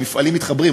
שמפעלים מתחברים,